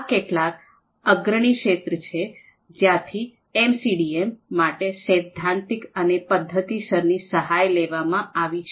આ કેટલાક અગ્રણી ક્ષેત્રો છે જ્યાંથી એમસીડીએમ માટે સૈદ્ધાંતિક અને પદ્ધતિસરની સહાય લેવામાં આવી છે